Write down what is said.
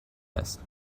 است